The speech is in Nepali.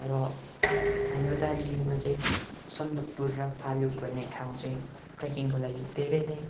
र हाम्रो दार्जिलिङमा चाहिँ सन्दकपुर र फालुट भन्ने ठाउँ चाहिँ ट्रेकिङको लागि धेरै नै